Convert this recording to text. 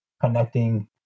Connecting